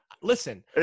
Listen